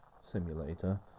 simulator